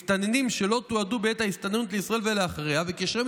מסתננים שלא תועדו בעת ההסתננות לישראל ולאחריה וקשרי